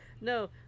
No